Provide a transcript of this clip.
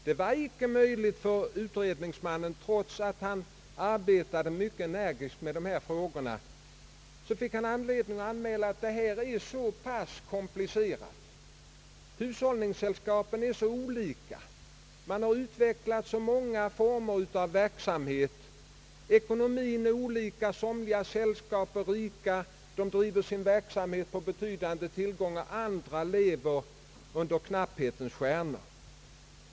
Det var icke möjligt för utredningsmannen, trots att han arbetade energiskt med dessa frågor. Han måste ändå anmäla att frågorna är mycket komplicerade. Hushållningssällskapen är varandra så olika, de har utvecklat så många verksamhetsformer och deras ekonomi är så olika — somliga sällskap är rika och driver sin verksamhet med betydande tillgångar, andra lever under knapphetens stjärna.